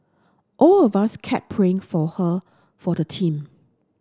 all of us kept praying for her for the team